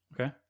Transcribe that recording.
Okay